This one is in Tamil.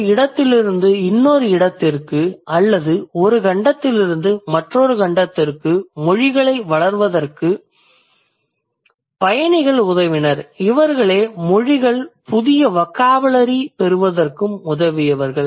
ஒரு இடத்திலிருந்து இன்னொரு இடத்திற்கு அல்லது ஒரு கண்டத்திலிருந்து மற்றொரு கண்டத்திற்கு மொழிகள் வளர்வதற்கு பயணிகள் உதவினர் இவர்களே மொழிகள் புதிய வொகாபுலரி பெறுவதற்கும் உதவியவர்கள்